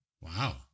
Wow